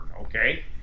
okay